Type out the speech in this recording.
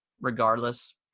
regardless